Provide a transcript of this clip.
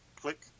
click